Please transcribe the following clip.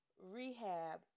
rehab